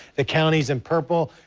the counties and purple,